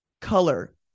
Color